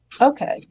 Okay